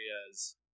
areas